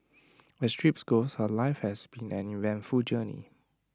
as trips go her life has been an eventful journey